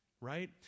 right